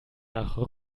nach